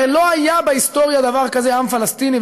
הרי לא היה בהיסטוריה דבר כזה עם פלסטיני,